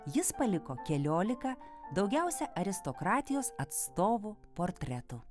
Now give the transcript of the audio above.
jis paliko keliolika daugiausia aristokratijos atstovų portretų